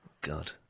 God